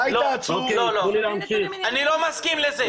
לא, אני לא מסכים לזה.